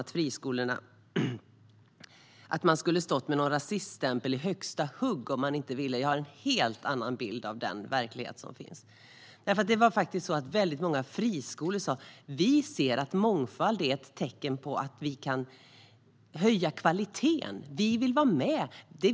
Han talade om att man skulle ha stått med någon rasiststämpel i högsta hugg om friskolorna inte ville ta emot nyanlända. Jag har en helt annan bild av verkligheten. Det var nämligen så att väldigt många friskolor sa: Vi ser att mångfald är ett tecken på att vi kan höja kvaliteten. Vi vill vara med.